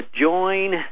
join